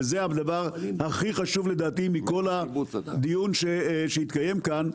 וזה הדבר הכי חשוב לדעתי מכל הדיון שהתקיים כאן,